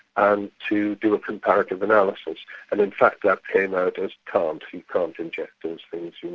and to do a comparative analysis and, in fact, that came out as can't, you can't inject those things, you